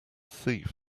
thief